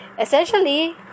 Essentially